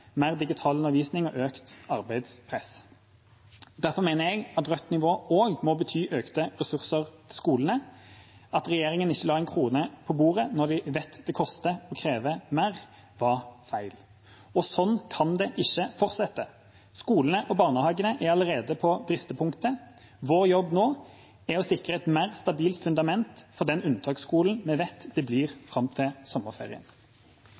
mer digital undervisning og økt arbeidspress. Derfor mener jeg at rødt nivå også må bety økte ressurser til skolene. At regjeringa ikke la én krone på bordet når vi vet at det koster og krever mer, var feil. Sånn kan det ikke fortsette. Skolene og barnehagene er allerede på bristepunktet. Vår jobb nå er å sikre et mer stabilt fundament for den unntaksskolen vi vet det blir fram til sommerferien.